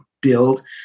build